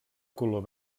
color